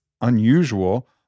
unusual